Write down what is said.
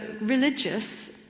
religious